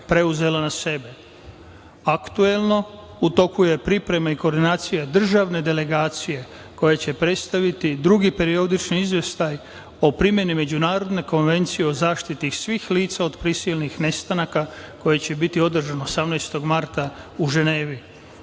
preuzela na sebe aktuelno, u toku je priprema i koordinacija državne delegacije koja će prestaviti i drugi periodični izveštaj o primeni međunarodne konvencije o zaštiti svih lica o prisilnih nestanaka koja će biti održano 18. marta u